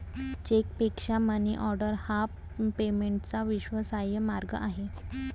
चेकपेक्षा मनीऑर्डर हा पेमेंटचा विश्वासार्ह मार्ग आहे